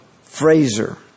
Fraser